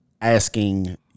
asking